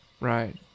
right